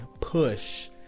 push